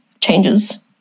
changes